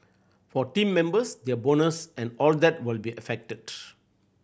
for team members their bonus and all that will be affected